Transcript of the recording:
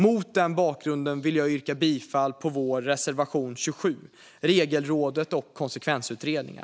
Mot denna bakgrund vill jag yrka bifall till vår reservation 27 om Regelrådet och konsekvensutredningar.